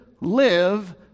live